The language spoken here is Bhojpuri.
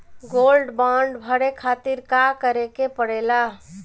गोल्ड बांड भरे खातिर का करेके पड़ेला?